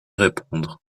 répondre